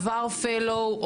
עבר fellow,